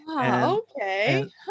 okay